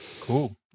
Cool